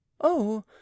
Oh